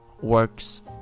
works